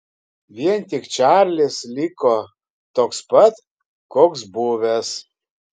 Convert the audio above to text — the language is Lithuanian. vien tik čarlis liko toks pat koks buvęs